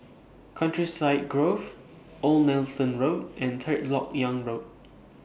Countryside Grove Old Nelson Road and Third Lok Yang Road